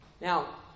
Now